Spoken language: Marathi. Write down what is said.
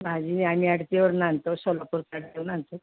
भाजी आम्ही अडपीवरून आणतो सोलपपूर आणतो